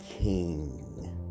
King